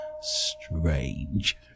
Strange